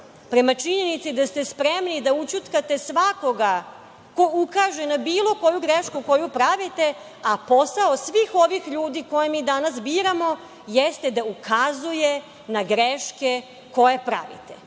prema činjenici da ste spremni da ućutkate svakoga ko ukaže na bilo koju grešku koju pravite, a posao svih ovih ljudi koje mi danas biramo, jeste da ukazuje na greške koje pravite. Ti